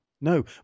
no